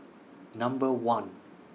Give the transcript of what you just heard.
Number one